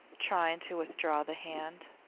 trying to withdraw the hand.